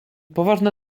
poważne